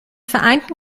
vereinten